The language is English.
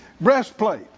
breastplate